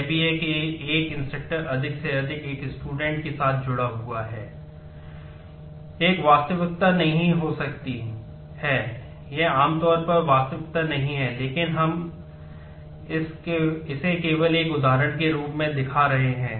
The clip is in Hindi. यह एक वास्तविकता नहीं हो सकती है यह आमतौर पर वास्तविकता नहीं है लेकिन हम इसे केवल एक उदाहरण के रूप में दिखा रहे हैं